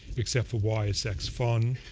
except for why is sex fun?